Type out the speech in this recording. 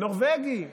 נורבגי באופוזיציה.